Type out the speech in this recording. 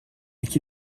qui